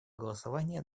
голосования